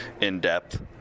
in-depth